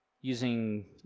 using